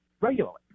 regularly